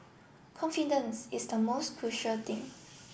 confidence is the most crucial thing